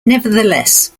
nevertheless